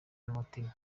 n’umutima